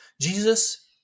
Jesus